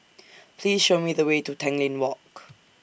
Please Show Me The Way to Tanglin Walk